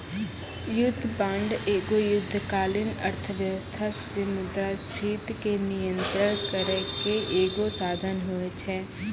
युद्ध बांड एगो युद्धकालीन अर्थव्यवस्था से मुद्रास्फीति के नियंत्रण करै के एगो साधन होय छै